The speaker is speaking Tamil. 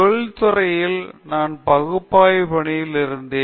தொழில் துறையில் நான் பகுப்பாய்வு பணியில் இருந்தேன்